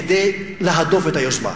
כדי להדוף את היוזמה.